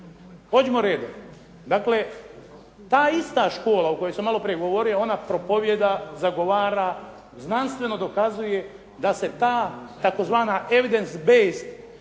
Pođimo redom. Dakle ta ista škola o kojoj sam malo prije govorio, ona propovijeda, zagovara, znanstveno dokazuje da se ta tzv. evidence bace